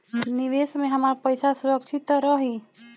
निवेश में हमार पईसा सुरक्षित त रही?